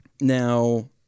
Now